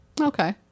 okay